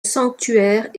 sanctuaire